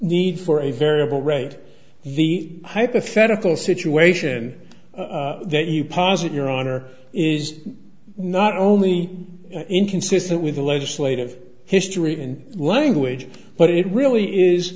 need for a variable rate the hypothetical situation that you posit your honor is not only in inconsistent with the legislative history and language but it really is